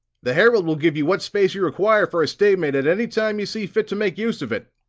the herald will give you what space you require for a statement at any time you see fit to make use of it,